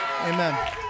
Amen